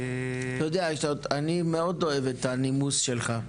אתה יודע, אני מאוד אוהב את הנימוס שלך,